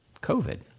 COVID